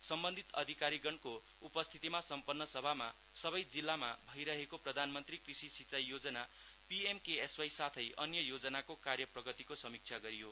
सम्बन्धित अधिकारीगणको उपस्थितिमा सम्पन्न सभामा सबै जिल्लामा भइरहेको प्रधानमन्त्री कृषि सिँचाइ योजना पीएमकेएसवाइ साथै अन्य योजनाको कार्य प्रगतिको समिक्षा गरियो